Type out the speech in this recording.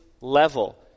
level